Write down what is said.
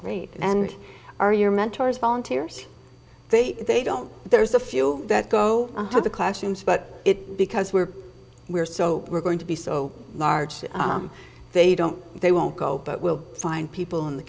great and are your mentors volunteers they they don't there's a few that go to the classrooms but it because we're we're so we're going to be so large they don't they won't go but we'll find people in the